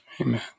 Amen